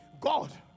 God